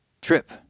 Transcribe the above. trip